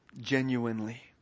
genuinely